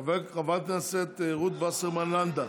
חברת הכנסת רות וסרמן לנדה.